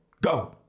Go